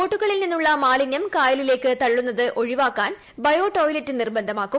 ബോട്ടുകളിൽ നിന്നുള്ള മാലിനൃം കായലിലേക്ക് തള്ളുന്നത് ഒഴിവാക്കാൻ ബയോ ടോയ്ലറ്റ് നിർബന്ധമാക്കും